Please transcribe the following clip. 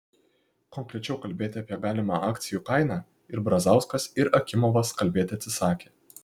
konkrečiau kalbėti apie galimą akcijų kainą ir brazauskas ir akimovas kalbėti atsisakė